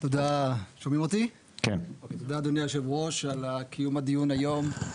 תודה אדוני היושב-ראש על קיום הדיון היום.